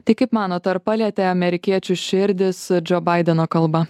tai kaip manot ar palietė amerikiečių širdis džo baideno kalba